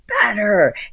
better